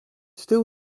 still